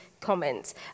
comments